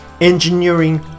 engineering